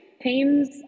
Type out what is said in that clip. teams